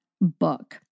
book